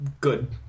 good